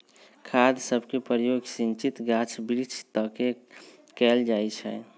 खाद सभके प्रयोग सिंचित गाछ वृक्ष तके कएल जाइ छइ